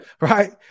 right